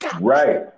Right